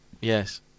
Yes